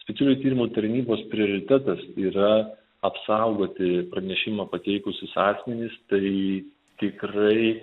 specialiųjų tyrimų tarnybos prioritetas yra apsaugoti pranešimą pateikusius asmenis tai tikrai